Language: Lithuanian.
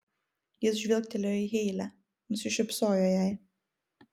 jis žvilgtelėjo į heile nusišypsojo jai